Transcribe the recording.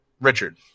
Richard